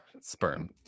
sperm